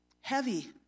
Heavy